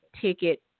ticket